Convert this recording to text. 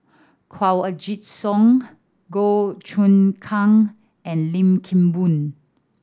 Kanwaljit Soin Goh Choon Kang and Lim Kim Boon